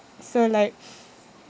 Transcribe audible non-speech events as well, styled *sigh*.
so like *noise*